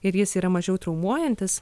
ir jis yra mažiau traumuojantis